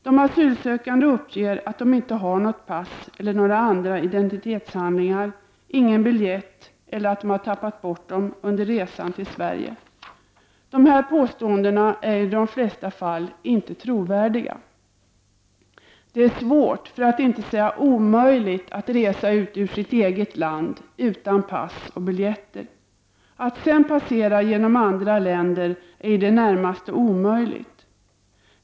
De asylsökande uppger att de inte har pass eller andra identitetshandlingar och att de inte har någon biljett eller att de tappat bort den under resan till Sverige. De här påståendena är i de flesta fall inte trovärdiga. Det är svårt för att inte säga omöjligt att resa ut ur sitt eget land utan pass och biljetter. Att sedan passera genom andra länder utan sådana handlingar är i det närmaste omöjligt.